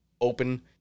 open